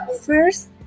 First